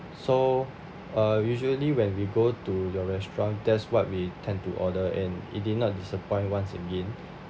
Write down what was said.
so uh usually when we go to your restaurant that's what we tend to order and it did not disappoint once again